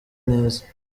neza